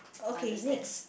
understand